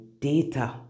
data